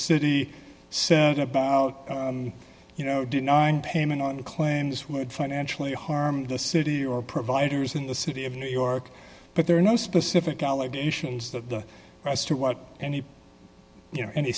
city about you know denying payment on claims would financially harm the city or providers in the city of new york but there are no specific allegations that the rest of what any of you know any